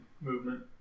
movement